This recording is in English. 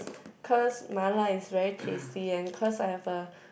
cause mala is very tasty and cause I have a